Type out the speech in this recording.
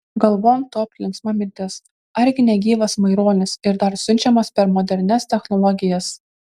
galvon topt linksma mintis argi ne gyvas maironis ir dar siunčiamas per modernias technologijas